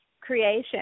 creation